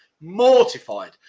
mortified